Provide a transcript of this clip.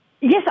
Yes